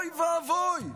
אוי ואבוי.